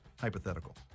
Hypothetical